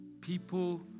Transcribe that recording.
people